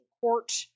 court